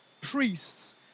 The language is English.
priests